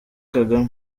kagame